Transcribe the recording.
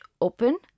open